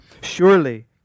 Surely